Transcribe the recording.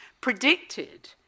predicted